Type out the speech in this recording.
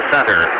Center